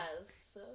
Yes